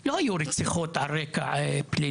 כמעט ולא היו רציחות על רקע פלילי,